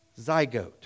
zygote